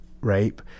rape